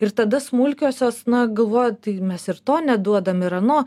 ir tada smulkiosios na galvoja tai mes ir to neduodam ir ano